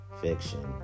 fiction